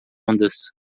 ondas